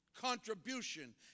contribution